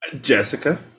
Jessica